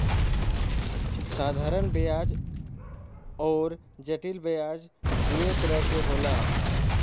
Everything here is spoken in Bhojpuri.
साधारन बियाज अउर जटिल बियाज दूई तरह क होला